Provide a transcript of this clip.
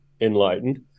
enlightened